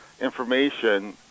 information